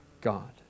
God